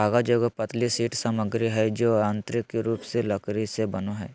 कागज एगो पतली शीट सामग्री हइ जो यांत्रिक रूप से लकड़ी से बनो हइ